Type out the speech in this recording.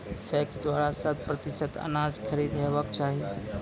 PACS द्वारा शत प्रतिसत अनाज खरीद हेवाक चाही?